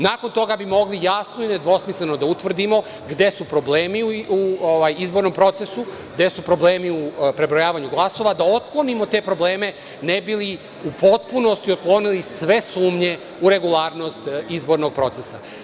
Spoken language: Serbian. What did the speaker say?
Nakon toga bi mogli jasno i nedvosmisleno da utvrdimo gde su problemi u izbornom procesu, gde su problemi u prebrojavanju glasova i da otklonimo te probleme, ne bi li u potpunosti otklonili sve sumnje u regularnost izbornog procesa.